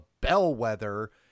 bellwether